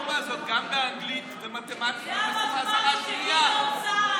אז היא מסרבת להקשיב.